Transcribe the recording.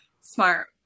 smart